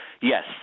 Yes